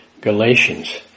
Galatians